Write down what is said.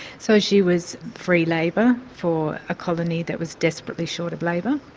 so she was free labour for a colony that was desperately short of labour.